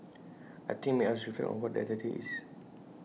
I think IT made us reflect on what that identity is